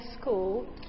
school